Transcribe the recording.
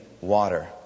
water